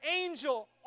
angel